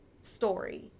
story